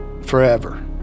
forever